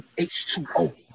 h2o